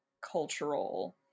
cultural